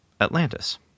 Atlantis